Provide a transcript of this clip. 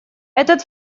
этот